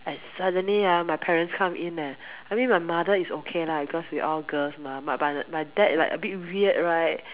and suddenly ah my parents come in leh I mean my mother is okay lah because we all girls mah but my dad right a bit weird right